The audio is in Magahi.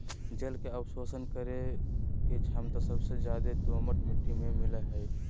जल के अवशोषण करे के छमता सबसे ज्यादे दोमट मिट्टी में मिलय हई